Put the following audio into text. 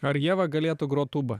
ar ieva galėtų grot tūba